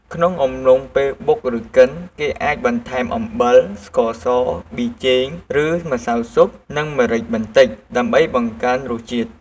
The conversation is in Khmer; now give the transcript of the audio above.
ក្នុងអំឡុងពេលបុកឬកិន គេអាចបន្ថែមអំបិល ស្ករស ប៊ីចេង ឬម្សៅស៊ុប និងម្រេចបន្តិច ដើម្បីបង្កើនរសជាតិ។